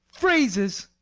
phrases!